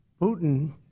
putin